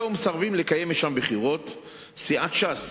הוא מוסד חינוכי מפואר, דתי, שירבו כמותו בישראל.